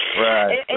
Right